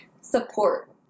support